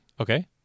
okay